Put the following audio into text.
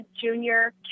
Junior